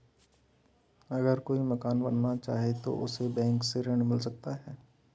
अगर कोई मकान बनाना चाहे तो उसे बैंक से ऋण मिल सकता है?